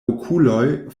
okuloj